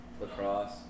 lacrosse